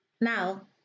Now